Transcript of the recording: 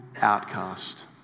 outcast